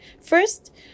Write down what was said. First